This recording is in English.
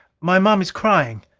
my moms is crying.